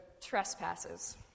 trespasses